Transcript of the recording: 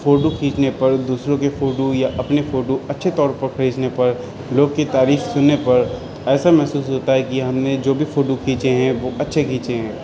photo کھینچنے پر دوسروں کی فوٹو یا اپنی فوٹو اچھے طور پر کھینچنے پر لوگوں کی تعریف سننے پر ایسا محسوس ہوتا ہے کہ ہم نے جو بھی فوٹو کھینچے ہیں وہ اچھے کھینچے ہیں